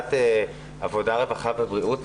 בוועדת העבודה, הרווחה והבריאות.